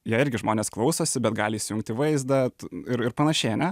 ją irgi žmonės klausosi bet gali įsijungti vaizdą ir ir panašiai ane